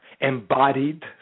embodied